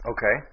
Okay